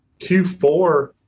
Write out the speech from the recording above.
Q4